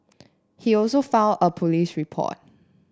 he also filed a police report